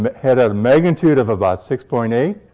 but had a magnitude of about six point eight,